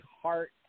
heart